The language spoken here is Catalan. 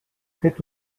fet